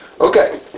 Okay